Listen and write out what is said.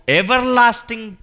everlasting